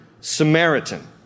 Samaritan